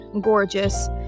gorgeous